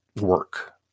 work